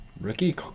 Ricky